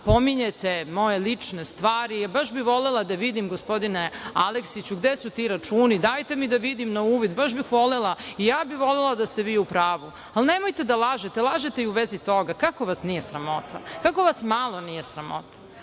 pominjete moje lične stvari, a baš bi volela da vidim, gospodine Aleksiću gde su ti računi, dajte mi da vidim na uvid, baš bih volela i ja bih volela da ste vi u pravu. Ali, nemojte da lažete, lažete u vezi toga, kako vas nije sramota. Kako vas nije malo bar sramota.